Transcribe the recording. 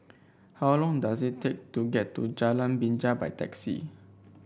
how long does it take to get to Jalan Binja by taxi